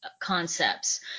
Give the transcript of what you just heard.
concepts